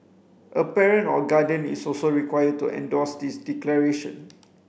a parent or guardian is also required to endorse this declaration